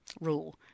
rule